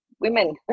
women